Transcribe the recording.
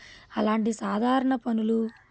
అలాంటి సాధారణ పనులు